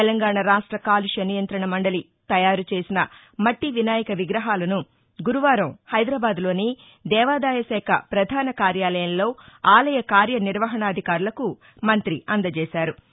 తెలంగాణ రాష్ట కాలుష్య నియంతణ మండలి తయారు చేసిన మట్టి వినాయక విగ్రహాలను గురువారం హైదరాబాద్లోని దేవాదాయశాఖ పధాన కార్యాలయంలో ఆలయ కార్యనిర్వహణాధికారులకు మంత్రి అందజేశారు